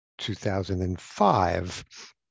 2005